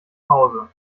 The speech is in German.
hause